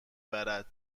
برد